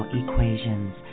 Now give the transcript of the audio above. equations